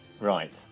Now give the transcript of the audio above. Right